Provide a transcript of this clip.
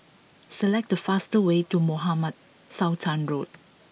select the fastest way to Mohamed Sultan Road